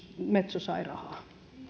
metso sai rahaa